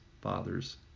father's